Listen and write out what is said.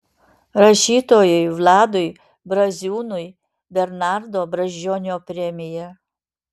rašytojui vladui braziūnui bernardo brazdžionio premija